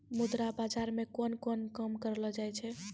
मुद्रा बाजार मे कोन कोन काम करलो जाय छै